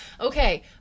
okay